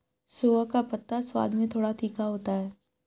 सोआ का पत्ता स्वाद में थोड़ा तीखा होता है